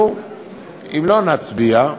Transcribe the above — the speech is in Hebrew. אם לא, נצביע,